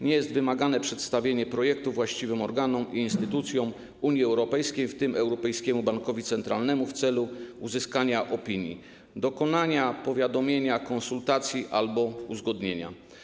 Nie jest wymagane przedstawienie projektu właściwym organom i instytucjom Unii Europejskiej, w tym Europejskiemu Bankowi Centralnemu, w celu uzyskania opinii, dokonania powiadomienia, konsultacji albo uzgodnienia.